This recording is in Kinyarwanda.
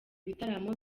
bitaramo